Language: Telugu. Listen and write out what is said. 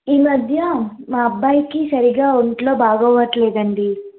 ఈ మధ్య మా అబ్బాయికి సరిగా ఒంట్లో బాగోవటం లేదండి